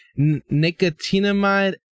nicotinamide